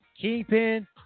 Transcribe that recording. Kingpin